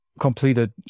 completed